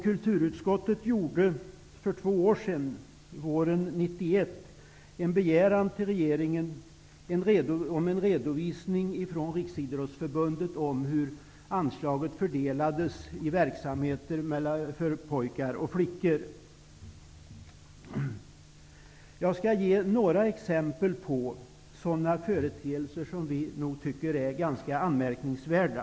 Kulturutskottet framställde för två år sedan, våren 1991, en begäran till regeringen om en redovisning från Riksidrottsförbundet om hur anslagen fördelades i olika verksamheter mellan pojkar och flickor. Jag skall ge några exempel på sådana företeelser som vi tycker är ganska anmärkningsvärda.